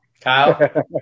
Kyle